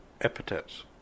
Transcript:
epithets